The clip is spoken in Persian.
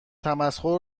تمسخر